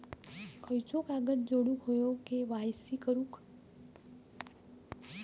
खयचो कागद जोडुक होयो के.वाय.सी करूक?